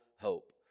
hope